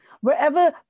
Wherever